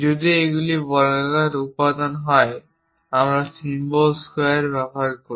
যদি এইগুলি বর্গাকার উপাদান হয় আমরা সিম্বল স্কোয়ার ব্যবহার করি